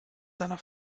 seiner